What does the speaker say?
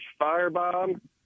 firebomb